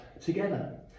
together